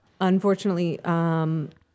unfortunately